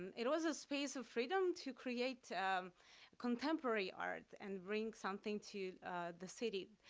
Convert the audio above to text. it was a space of freedom to create contemporary art and bring something to the city.